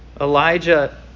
Elijah